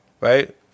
right